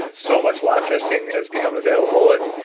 and so much lab testing has become available. and